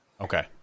okay